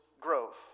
growth